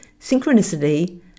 synchronicity